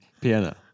piano